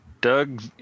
Doug